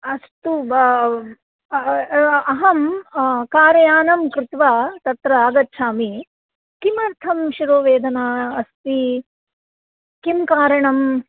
अस्तु अहं कार्यानं कृत्वा तत्र आगच्छामि किमर्थं शिरोवेदना अस्ति किं कारणम्